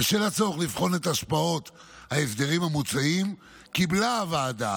בשל הצורך לבחון את השפעות ההסדרים המוצעים קיבלה הוועדה